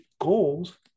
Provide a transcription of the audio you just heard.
goals